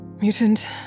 mutant